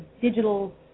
digital